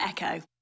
Echo